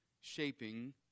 shaping